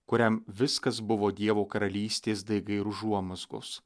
kuriam viskas buvo dievo karalystės daigai ir užuomazgos